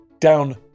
down